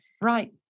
Right